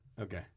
Okay